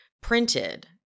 printed